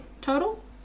total